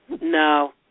No